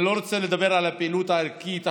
אני לא רוצה לדבר על הפעילות הערכית-החינוכית